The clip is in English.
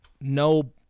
no